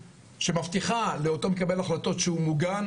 שמבטיחה לאותו מקבל החלטות שהוא מוגן,